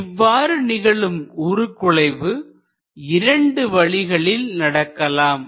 இவ்வாறு நிகழும் உருகுலைவு இரண்டு வழிகளில் நடக்கலாம்